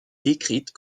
décrite